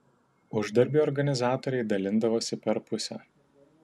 uždarbį organizatoriai dalindavosi per pusę